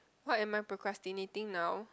what am I procrastinating now